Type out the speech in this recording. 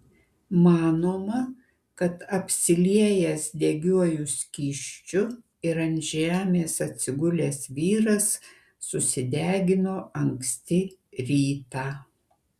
manoma kad apsiliejęs degiuoju skysčiu ir ant žemės atsigulęs vyras susidegino anksti rytą